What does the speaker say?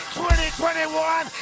2021